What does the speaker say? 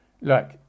look